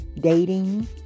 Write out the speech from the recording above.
dating